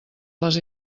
les